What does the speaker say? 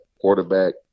quarterback